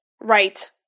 Right